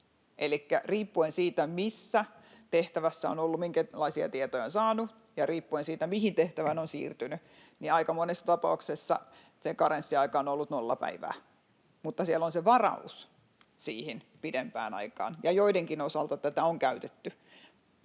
riippuen siitä, missä tehtävässä on ollut, minkälaisia tietoja saanut, ja riippuen siitä, mihin tehtävään on siirtynyt, aika monessa tapauksessa se karenssiaika on ollut nolla päivää. Mutta siellä on se varaus siihen pidempään aikaan, ja joidenkin osalta tätä on käytetty,